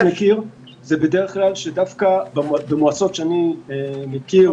דווקא במועצות שאני מכיר,